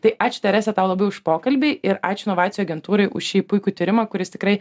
tai ačiū terese tau labiau už pokalbį ir ačiū inovacijų agentūrai už šį puikų tyrimą kuris tikrai